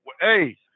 Hey